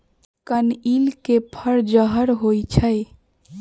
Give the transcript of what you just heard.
कनइल के फर जहर होइ छइ